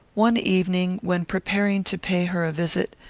one evening, when preparing to pay her a visit,